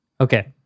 Okay